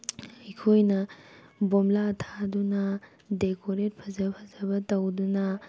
ꯑꯩꯈꯣꯏꯅ ꯕꯣꯝꯕ꯭ꯂꯥ ꯊꯥꯗꯨꯅ ꯗꯦꯀꯣꯔꯦꯠ ꯐꯖ ꯐꯖꯕ ꯇꯧꯗꯨꯅ